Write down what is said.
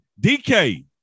DK